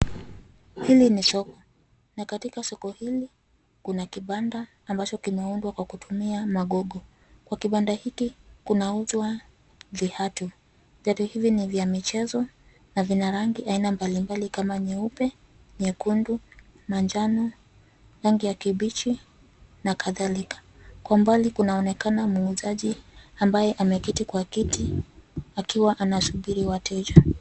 Hili ni soko, na katika soko hili kuna kibanda ambacho kimeundwa kwa kutumia magogo. Kwa kibanda hiki kuna uzwa viatu. Viatu hizi ni vya michezo na vina rangi aina mbalimbali kama nyeupe, nyekundu, manjano, rangi ya kibichi na kadhalika. Kwa mbali kunaonekana muuzaji ambaye ameketi kwa kiti akiwa anasubiri wateja.